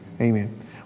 Amen